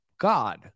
God